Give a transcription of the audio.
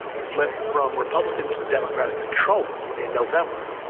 flip from republican to democratic control in november,